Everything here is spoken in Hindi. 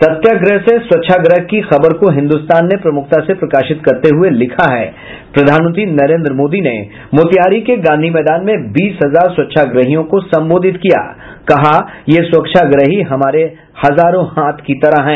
सत्याग्रह से स्वच्छाग्रह की खबर को हिन्दुस्तान ने प्रमुखता से प्रकाशित करते हुये लिखा है प्रधानमंत्री नरेन्द्र मोदी ने मोतिहारी के गांधी मैदान में बीस हजार स्वच्छाग्रहियों को संबोधित किया कहा ये स्वच्छाग्रही हमारे हजारों हाथ की तरह है